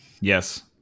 Yes